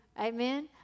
Amen